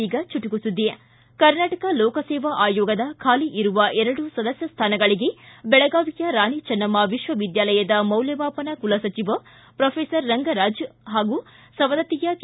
ಈಗ ಚುಟುಕು ಸುದ್ದಿ ಕರ್ನಾಟಕ ಲೋಕಸೇವಾ ಆಯೋಗದ ಖಾಲಿ ಇರುವ ಎರಡು ಸದಸ್ಯ ಸ್ಥಾನಗಳಿಗೆ ಬೆಳಗಾವಿಯ ರಾಣಿ ಚೆನ್ನಮ್ಮ ವಿಶ್ವವಿದ್ಯಾಲಯದ ಮೌಲ್ಡಮಾಪನ ಕುಲಸಚಿವ ಮ್ರೊಫೆಸರ್ ರಂಗರಾಜ್ ಹಾಗೂ ಸವದತ್ತಿಯ ಕೆ